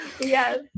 Yes